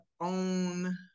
own